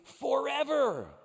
forever